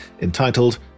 entitled